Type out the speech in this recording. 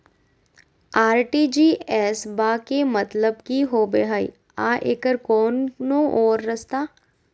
RTGS बा के मतलब कि होबे हय आ एकर कोनो और रस्ता?